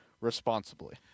responsibly